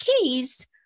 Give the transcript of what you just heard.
keys